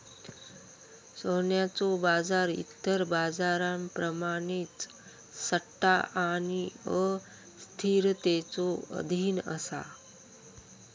सोन्याचो बाजार इतर बाजारांप्रमाणेच सट्टा आणि अस्थिरतेच्यो अधीन असा